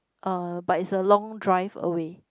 uh but it's a long drive away